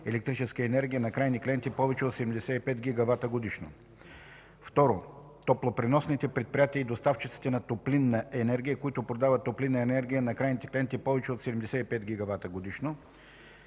електрическа енергия на крайни клиенти повече от 75 GWh годишно; 2. топлопреносните предприятия и доставчиците на топлинна енергия, които продават топлинна енергия на крайни клиенти повече от 75 GWh годишно;